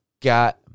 got